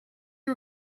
you